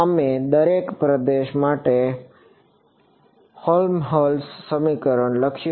અમે દરેક પ્રદેશ માટે હેલ્મહોલ્ટ્ઝ સમીકરણ લખ્યું છે